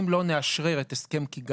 אם לא נאשרר את הסכם קיגאלי,